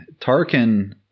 Tarkin